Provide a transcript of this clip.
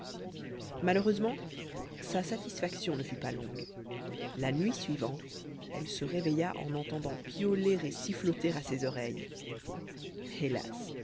malheureusement sa satisfaction ne fut pas longue la nuit suivante elle se réveilla en entendant piauler et siffloter à ses oreilles hélas